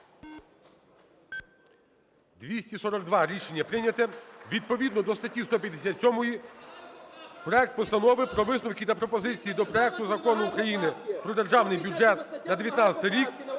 За-242 Рішення прийняте. Відповідно до статті 157 проект Постанови про висновки та пропозиції до проекту Закону України про Державний бюджет на 2019 рік